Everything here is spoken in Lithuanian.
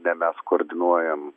ne mes koordinuojam